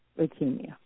leukemia